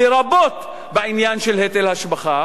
לרבות בעניין של היטל השבחה,